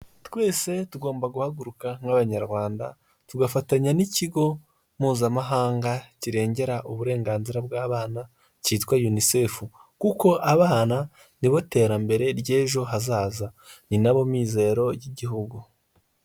Twese tugomba guhaguruka nk'abanyarwanda, tugafatanya n'ikigo mpuzamahanga kirengera uburenganzira bw'abana cyitwa UNICEF, kuko abana nibo terambere ry'ejo hazaza, ni nabo mizero y'igihugu.